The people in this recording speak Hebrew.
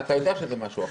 אתה יודע שזה משהו אחר.